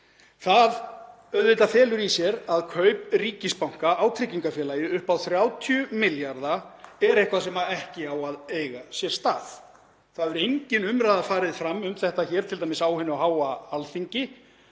auðvitað í sér að kaup ríkisbanka á tryggingafélagi upp á 30 milljarða er eitthvað sem ekki á að eiga sér stað. Það hefur engin umræða farið fram um þetta hér t.d. á hinu háa Alþingi.